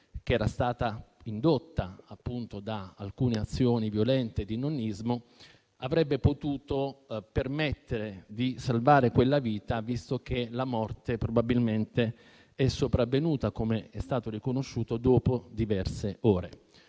che era stata indotta appunto da alcune azioni violente di nonnismo, permettevano di salvare quella vita, visto che la morte probabilmente è sopravvenuta, com'è stato riconosciuto, dopo diverse ore.